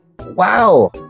Wow